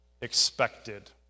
expected